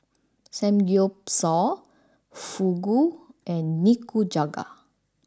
Samgeyopsal Fugu and Nikujaga